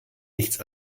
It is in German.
nichts